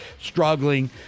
Struggling